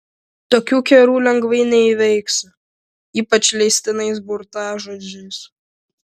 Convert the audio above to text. tokių kerų lengvai neįveiksi ypač leistinais burtažodžiais